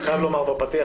אני חייב לומר בפתיח,